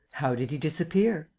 how did he disappear?